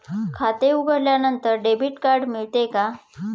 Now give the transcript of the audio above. खाते उघडल्यानंतर debit card मिळते का?